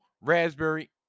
raspberry